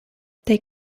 they